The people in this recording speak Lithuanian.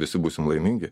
visi būsim laimingi